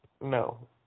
No